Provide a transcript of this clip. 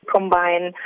Combine